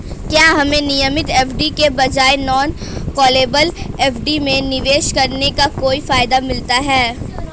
क्या हमें नियमित एफ.डी के बजाय नॉन कॉलेबल एफ.डी में निवेश करने का कोई फायदा मिलता है?